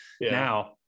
Now